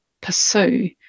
pursue